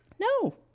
No